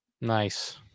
Nice